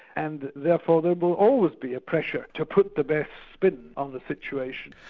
and therefore there will always be a pressure to put the best spin on the situation.